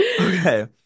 Okay